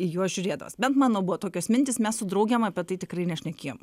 į juos žiūrėdamas bent mano buvo tokios mintys mes su draugėm apie tai tikrai nešnekėjom